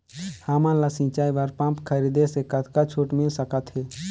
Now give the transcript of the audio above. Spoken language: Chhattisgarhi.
हमन ला सिंचाई बर पंप खरीदे से कतका छूट मिल सकत हे?